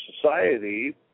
society